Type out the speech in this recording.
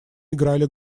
играли